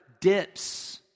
dips